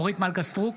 אורית מלכה סטרוק,